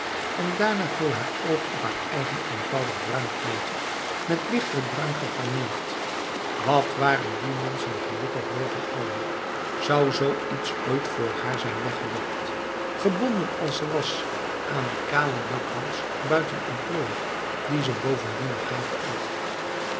en daarna viel haar oog op haar eigen eenvoudig bruin kleedje met lichter bruin gegarneerd wat waren die mensen gelukkig boven allen zou zoiets ooit voor haar zijn weggelegd gebonden als ze was aan die kale jakhals buiten emplooi die ze bovendien nog haatte ook